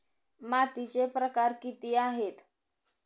मातीचे प्रकार किती आहेत?